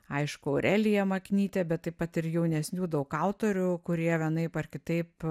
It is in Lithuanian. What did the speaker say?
aišku aurelija maknytė bet taip pat ir jaunesnių daug autorių kurie vienaip ar kitaip